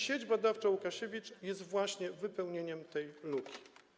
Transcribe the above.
Sieć Badawcza Łukasiewicz jest właśnie wypełnieniem tej luki.